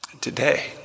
Today